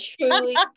truly